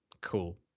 cool